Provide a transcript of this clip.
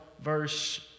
verse